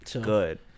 good